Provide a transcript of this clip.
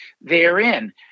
therein